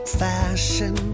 fashion